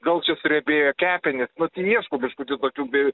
gal čia suriebėjo kepenys nu tai ieškau biškutį tokių be